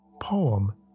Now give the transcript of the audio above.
Poem